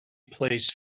place